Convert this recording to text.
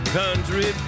country